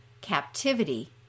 captivity